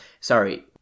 Sorry